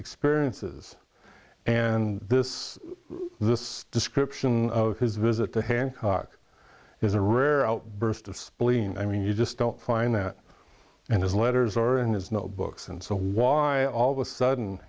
experiences and this this description of his visit to hancock is a rare outburst of spleen i mean you just don't find that in his letters or and his notebooks and so why all of a sudden